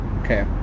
Okay